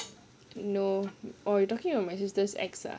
no or you talking about my sister's ex ah